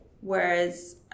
Whereas